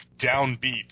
downbeat